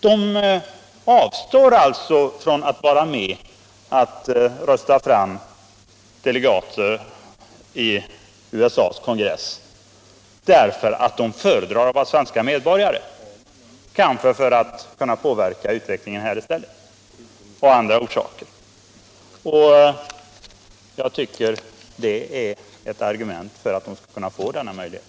De avstår alltså från att vara med och rösta fram delegater till USA:s kongress därför att de föredrar att vara svenska medborgare — kanske för att kunna påverka utvecklingen här i stället och av andra orsaker. Jag tycker att det är ett argument för att de skall kunna få denna möjlighet.